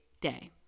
day